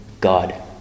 God